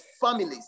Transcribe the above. families